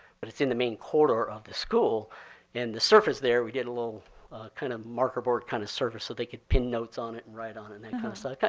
but it's in the main corridor of the school and the surface there we did a little kind of marker board kind of surface so they could pin notes on it and write on and that kind of stuff.